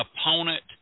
opponent –